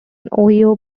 ohio